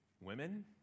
women